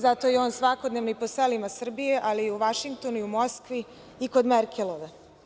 Zato je on svakodnevno i po selima Srbije, ali je u Vašingtonu, u Moskvi, i kod Merkelove.